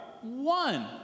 One